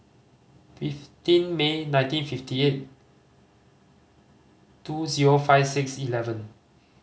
fifteen May nineteen fifty eight two zero five six eleven